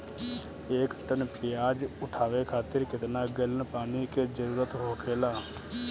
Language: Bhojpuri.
एक टन प्याज उठावे खातिर केतना गैलन पानी के जरूरत होखेला?